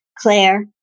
Claire